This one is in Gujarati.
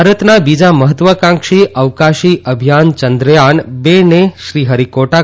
ભારતના બીજા મહાત્વાકાંક્ષી અવકાથી અભિયાન ચંદ્રયાન બેને શ્રીહરિકોદ્દા